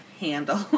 handle